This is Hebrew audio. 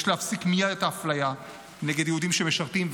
יש להפסיק מייד את האפליה נגד יהודים שמשרתים,